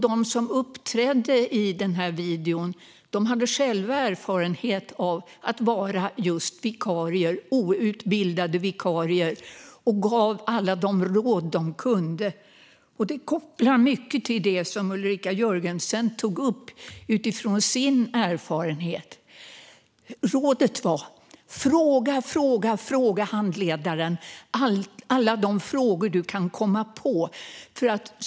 De som uppträdde i videon hade själva erfarenhet av att vara outbildade vikarier och gav alla de råd de kunde. Det kopplar mycket till det som Ulrika Jörgensen tog upp utifrån sin erfarenhet. Rådet var: Fråga, fråga, fråga handledaren allt du kan komma på!